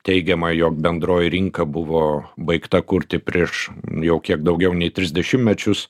teigiama jog bendroji rinka buvo baigta kurti prieš jau kiek daugiau nei tris dešimtmečius